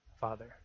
Father